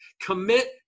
Commit